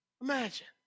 Imagine